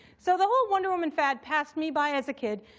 so the whole wonder woman fad passed me by as a kid.